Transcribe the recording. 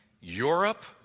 Europe